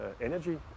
energy